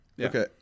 Okay